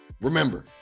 Remember